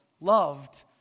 loved